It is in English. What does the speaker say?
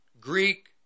Greek